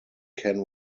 ken